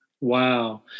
Wow